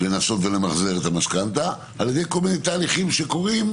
לנסות ולמחזר את המשכנתה על ידי כל מיני תהליכים שקורים,